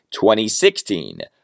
2016